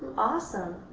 awesome.